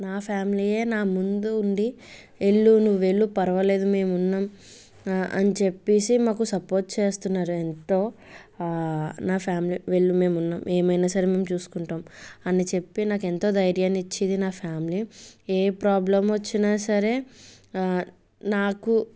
నా ఫ్యామిలీయే నా ముందు ఉండి వెళ్ళు నువ్వు వెళ్ళు పర్వాలేదు మేమున్నం అని చెప్పేసి మాకు సపోర్ట్ చేస్తున్నారేంతో నా ఫ్యామిలీ వెళ్ళు మేము ఉన్నాం ఏమైనా సరే మేము చూసుకుంటాం అని చెప్పి నాకు ఎంతో ధైర్యాన్ని ఇచ్చేది నా ఫ్యామిలీ ఏ ప్రాబ్లం వచ్చిన సరే నాకు